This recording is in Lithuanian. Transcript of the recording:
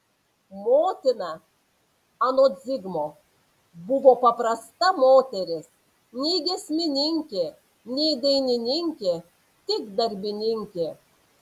motina anot zigmo buvo paprasta moteris nei giesmininkė nei dainininkė tik darbininkė